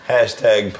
Hashtag